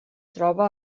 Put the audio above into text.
troba